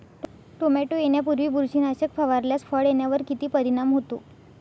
Tomato येण्यापूर्वी बुरशीनाशक फवारल्यास फळ येण्यावर किती परिणाम होतो?